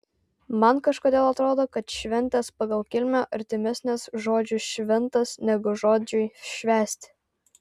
man kažkodėl atrodo kad šventės pagal kilmę artimesnės žodžiui šventas negu žodžiui švęsti